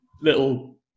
little